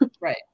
Right